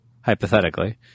Hypothetically